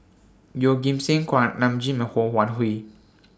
Yeoh Ghim Seng Kuak Nam Jin and Ho Wan Hui